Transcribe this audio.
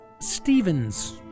Stevens